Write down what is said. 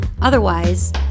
Otherwise